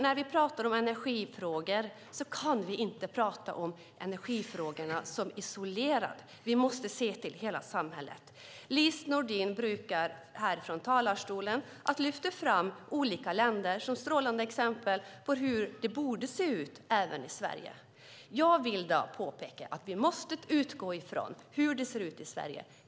När vi talar om energifrågor kan vi inte isolerat tala om dessa, utan vi måste se till hela samhället. Lise Nordin brukar här i talarstolen lyfta fram olika länder som strålande exempel på hur det borde se ut även i Sverige. Jag vill påpeka att vi måste utgå från hur det ser ut i Sverige.